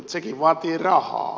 sekin vaatii rahaa